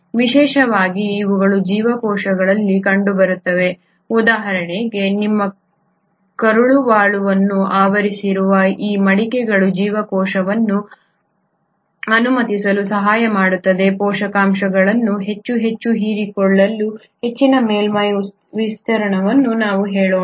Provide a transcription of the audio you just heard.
ವಿಶೇಷವಾಗಿ ಇವುಗಳು ಜೀವಕೋಶಗಳಲ್ಲಿ ಕಂಡುಬರುತ್ತವೆ ಉದಾಹರಣೆಗೆ ನಿಮ್ಮ ಕರುಳುವಾಳವನ್ನು ಆವರಿಸಿರುವ ಈ ಮಡಿಕೆಗಳು ಜೀವಕೋಶವನ್ನು ಅನುಮತಿಸಲು ಸಹಾಯ ಮಾಡುತ್ತದೆ ಪೋಷಕಾಂಶಗಳನ್ನು ಹೆಚ್ಚು ಹೆಚ್ಚು ಹೀರಿಕೊಳ್ಳಲು ಹೆಚ್ಚಿನ ಮೇಲ್ಮೈ ವಿಸ್ತೀರ್ಣವನ್ನು ನಾವು ಹೇಳೋಣ